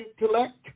intellect